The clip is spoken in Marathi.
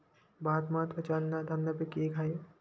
भात महत्त्वाच्या अन्नधान्यापैकी एक आहे